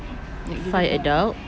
need five adult